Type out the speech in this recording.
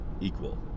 equal